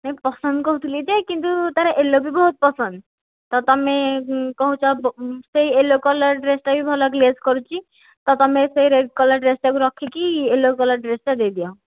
ସେ ପସନ୍ଦ କହୁଥିଲି ଯେ ତା'ର ୟେଲୋ ବି ବହୁତ ପସନ୍ଦ ତ ତୁମେ କହୁଛ ସେ ୟେଲୋ କଲର୍ ଡ୍ରେସ୍ଟା ବି ଭଲ ଗ୍ଳେଜ୍ କରୁଛି ତ ତୁମେ ସେ ରେଡ୍ କଲର୍ ଡ୍ରେସ୍ଟାକୁ ରଖିକି ୟେଲୋ କଲର୍ ଡ୍ରେସ୍ଟା ଦେଇଦିଅ